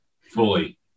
Fully